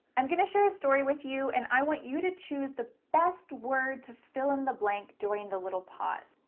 i'm going to share a story with you and i want you to choose the best word to fill in the blank during the little pause.